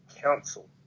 council